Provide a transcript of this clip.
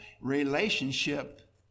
relationship